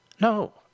No